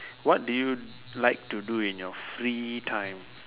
what did you like to do in your free time